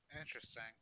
interesting